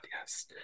yes